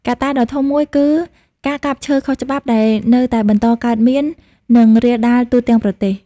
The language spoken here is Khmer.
កត្តាដ៏ធំមួយគឺ ការកាប់ឈើខុសច្បាប់ ដែលនៅតែបន្តកើតមាន និងរាលដាលទូទាំងប្រទេស។